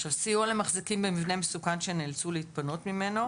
סיוע למחזיקים במבנה מסוכן שנאלצו להתפנות ממנו.